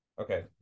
Okay